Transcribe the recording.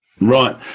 Right